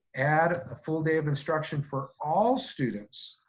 add a full day of instruction for all students,